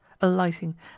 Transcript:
alighting